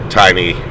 tiny